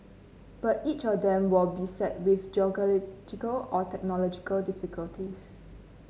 but each of them were beset with geological or technological difficulties